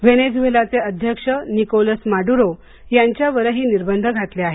व्हेनेझुएलाचे अध्यक्ष Nicolas Maduro यांच्यावरही निर्बंध घातले आहेत